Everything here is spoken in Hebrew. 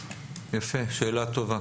יפה, שאלה טובה.